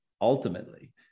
ultimately